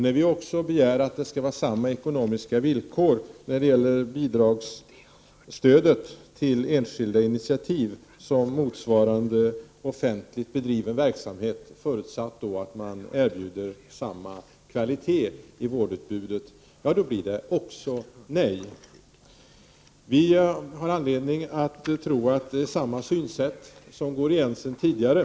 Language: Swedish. När vi begär att samma ekonomiska villkor skall gälla i fråga om bidragsstöd till enskilda initiativ som motsvarar offentligt bedriven verksamhet, förutsatt att de erbjuder samma kvalitet i vårdutbudet, då blir det också nej. Vi har anledning att tro att samma synsätt som tidigare går igen.